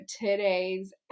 today's